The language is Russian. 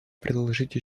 приложить